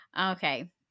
Okay